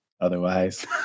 otherwise